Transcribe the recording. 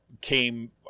came